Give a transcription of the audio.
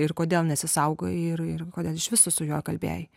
ir kodėl nesisaugojai ir kodėl iš viso su juo kalbėjai